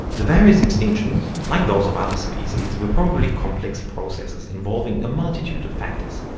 the various extinctions, like those of other species, were probably complex processes involving a multitude of factors,